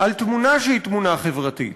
על תמונה שהיא תמונה חברתית.